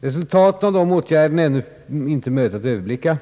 Resultaten av dessa åtgärder är ännu inte möjliga att överblicka.